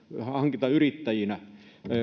hankintayrittäjinä